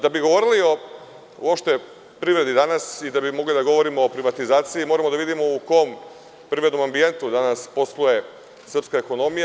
Da bi govorili o privredi danas i da bi mogli da govorimo o privatizaciji moramo da vidimo u kom privrednom ambijentu danas posluje srpska ekonomija.